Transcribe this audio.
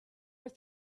were